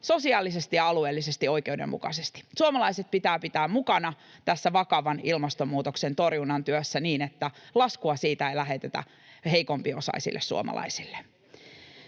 sosiaalisesti ja alueellisesti oikeudenmukaisesti. Suomalaiset pitää pitää mukana tässä vakavan ilmastonmuutoksen torjunnan työssä niin, että laskua siitä ei lähetetä heikompiosaisille suomalaisille.